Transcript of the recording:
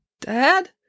Dad